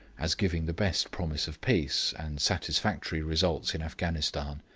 as giving the best promise of peace, and satisfactory results in afghanistan.